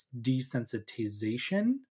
desensitization